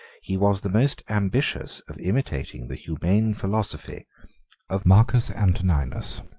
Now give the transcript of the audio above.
he was the most ambitious of imitating the humane philosophy of marcus antoninus.